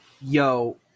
yo